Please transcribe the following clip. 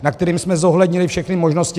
, na kterém jsme zohlednili všechny možnosti.